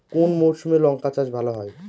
কোন মরশুমে লঙ্কা চাষ ভালো হয়?